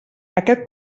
aquest